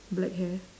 black hair